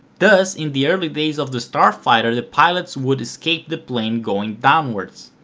thus in the early days of the starfighter the pilots would escape the plane going downwards.